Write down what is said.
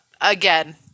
Again